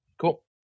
cool